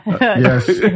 Yes